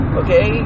okay